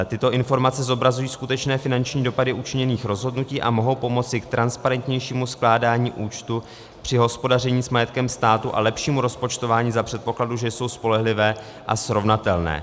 Tyto informace zobrazují skutečné finanční dopady učiněných rozhodnutí a mohou pomoci k transparentnějšímu skládání účtu při hospodaření s majetkem státu a lepšímu rozpočtování za předpokladu, že jsou spolehlivé a srovnatelné.